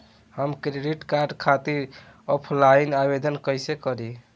हम credit card खातिर offline आवेदन कइसे करि?